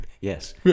Yes